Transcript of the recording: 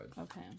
okay